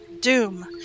Doom